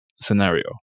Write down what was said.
scenario